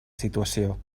situació